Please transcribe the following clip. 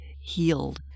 healed